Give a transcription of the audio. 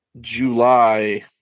July